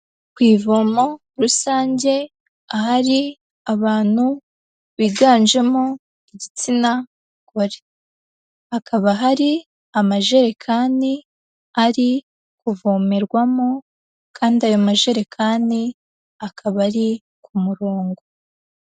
Ku ivomo rusange ahari abantu biganjemo igitsina gore. Hakaba hari amajerekani ari kuvomerwamo kandi ayo majerekani akaba ari ku murongo.